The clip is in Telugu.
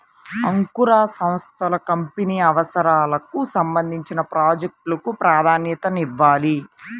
అంకుర సంస్థలు కంపెనీ అవసరాలకు సంబంధించిన ప్రాజెక్ట్ లకు ప్రాధాన్యతనివ్వాలి